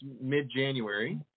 mid-January